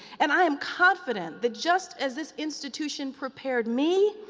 and i am confident that, just as this institution prepared me,